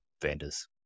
vendors